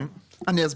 אני אסביר.